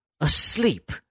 asleep